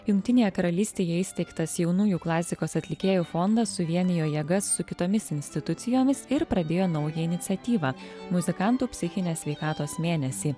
jungtinėje karalystėje įsteigtas jaunųjų klasikos atlikėjų fondas suvienijo jėgas su kitomis institucijomis ir pradėjo naują iniciatyvą muzikantų psichinės sveikatos mėnesį